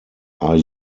are